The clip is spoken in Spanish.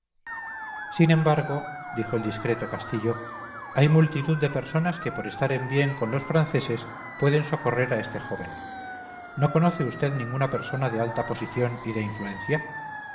sin embargo dijo el discreto castillo hay multitud de personas que por estar en bien con los franceses pueden socorrer a este joven no conoce vd ninguna persona de alta posición y de influencia